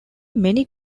many